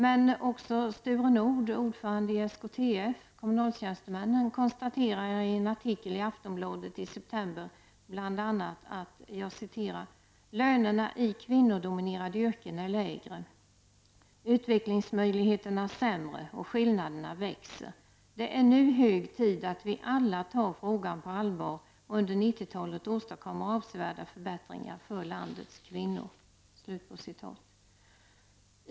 Men också Sture kommunaltjänstemännen --, konstaterar i en artikel i Aftonbladet i september bl.a.: ''Lönerna i kvinnodominerade yrken är lägre, utvecklingsmöjligheterna sämre och skillnaderna växer --. Det är nu hög tid att vi alla tar frågan på allvar och under 90-talet åstadkommer avsevärda förbättringar för landets kvinnor.''